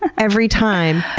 and every time.